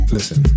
Listen